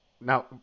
Now